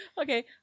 Okay